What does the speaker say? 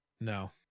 No